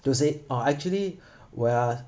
to say oh actually we are